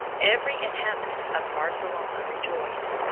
every inhabitant of barcelona rejoiced,